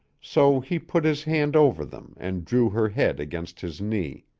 so he put his hand over them and drew her head against his knee.